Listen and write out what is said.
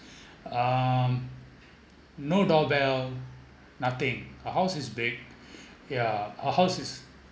um no doorbell nothing her house is big yeah her house is